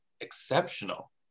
exceptional